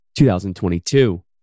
2022